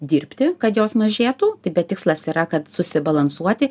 dirbti kad jos mažėtų bet tikslas yra kad susibalansuoti